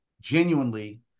genuinely